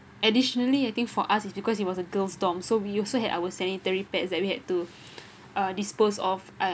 additionally I think for us is because it was a girls' dorm so we also had our sanitary pads that we had to uh dispose of